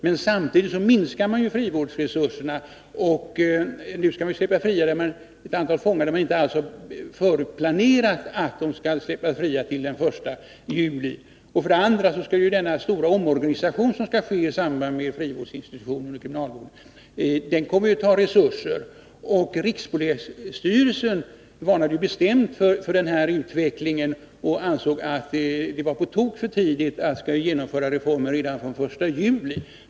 Men nu minskar man frivårdsresurserna samtidigt som man släpper fria ett antal fångar utan att man förut planerat att de skall släppas fria den 1 juli. Den stora omorganisation som skall ske i samband med frivårdsinstitutionen inom kriminalvården kommer ju att ta resurser i anspråk. Rikspolisstyrelsen varnade bestämt för denna utveckling och ansåg att det var på tok för tidigt att genomföra reformen redan från den 1 juli.